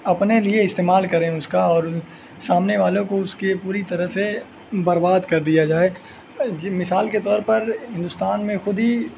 اپنے لیے استعمال کریں اس کا اور سامنے والوں کو اس کے پوری طرح سے برباد کر دیا جائے جی مثال کے طور پر ہندوستان میں خود ہی